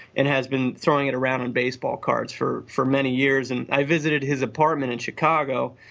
and has been throwing it around on baseball cards for for many years and i visited his apartment in chicago.